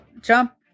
Jump